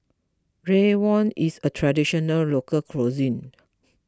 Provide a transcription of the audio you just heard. Rawon is a Traditional Local Cuisine